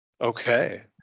Okay